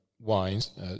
wines